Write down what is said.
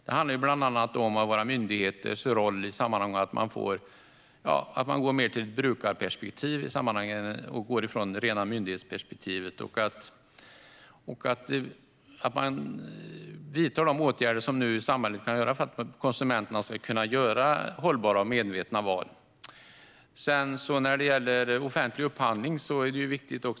Det handlar bland annat om våra myndigheters roll - att man går ifrån det rena myndighetsperspektivet till mer av ett brukarperspektiv i sammanhanget och vidtar de åtgärder som samhället kan göra för att konsumenterna ska kunna göra hållbara och medvetna val. Den offentliga upphandlingen är viktig.